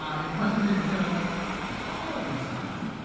ah it wasn't until the following summer,